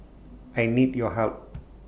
I need your help